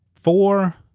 four